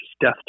death